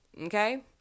okay